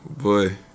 Boy